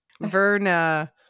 Verna